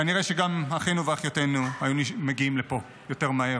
כנראה שגם אחינו ואחיותינו היו מגיעים לפה יותר מהר.